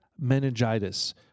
meningitis